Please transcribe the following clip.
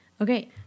Okay